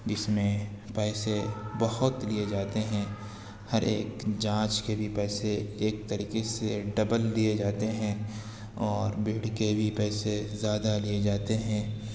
جس میں پیسے بہت لیے جاتے ہیں ہر ایک جانچ کے بھی پیسے ایک طریقے سے ڈبل لیے جاتے ہیں اور بیڈ کے بھی پیسے زیادہ لیے جاتے ہیں